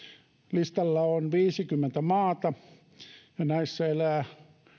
listalla on viisikymmentä maata ja näissä elää